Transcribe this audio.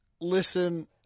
listen